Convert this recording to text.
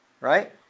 Right